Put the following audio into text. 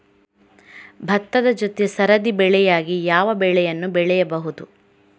ಭತ್ತದ ಜೊತೆ ಸರದಿ ಬೆಳೆಯಾಗಿ ಯಾವ ಬೆಳೆಯನ್ನು ಬೆಳೆಯಬಹುದು?